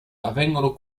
avvengono